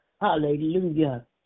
hallelujah